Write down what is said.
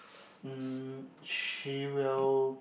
mm she will